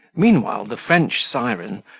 meanwhile the french siren,